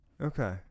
Okay